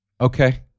okay